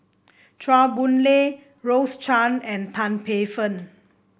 Chua Boon Lay Rose Chan and Tan Paey Fern